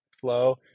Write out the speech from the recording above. Flow